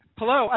Hello